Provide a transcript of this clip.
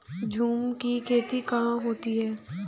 झूम की खेती कहाँ होती है?